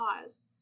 cause